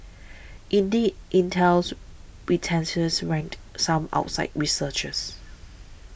indeed Intel's reticence rankled some outside researchers